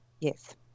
yes